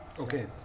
Okay